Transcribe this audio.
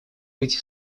быть